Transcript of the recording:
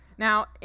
Now